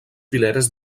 fileres